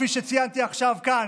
כפי שציינתי עכשיו כאן,